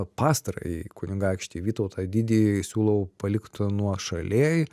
pastarąjį kunigaikštį vytautą didįjį siūlau palikt nuošalėj